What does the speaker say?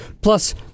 Plus